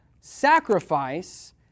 sacrifice